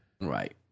Right